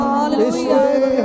hallelujah